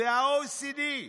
זה ה-OECD.